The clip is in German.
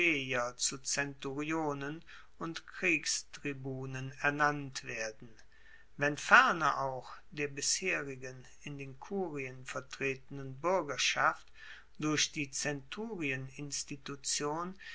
plebejer zu centurionen und kriegstribunen ernannt werden wenn ferner auch der bisherigen in den kurien vertretenen buergerschaft durch die zenturieninstitution